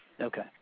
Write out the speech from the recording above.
Okay